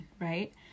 right